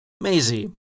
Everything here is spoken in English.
Maisie